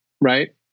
right